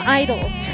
idols